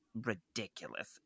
Ridiculous